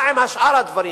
מה עם שאר הדברים?